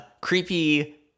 Creepy